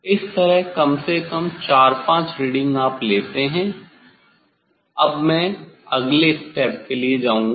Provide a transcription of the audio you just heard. इस तरह कम से कम 4 5 रीडिंग आप लेते हैं अब मैं अगले स्टेप के लिए जाऊंगा